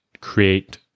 create